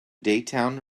daytime